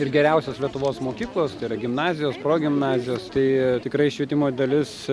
ir geriausios lietuvos mokyklos tai yra gimnazijos progimnazijos tai tikrai švietimo dalis